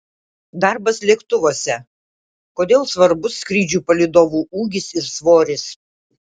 darbas lėktuvuose kodėl svarbus skrydžių palydovų ūgis ir svoris